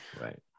Right